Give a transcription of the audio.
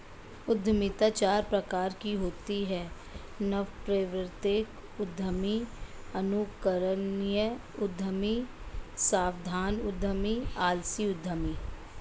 उद्यमिता चार प्रकार की होती है नवप्रवर्तक उद्यमी, अनुकरणीय उद्यमी, सावधान उद्यमी, आलसी उद्यमी